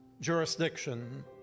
jurisdiction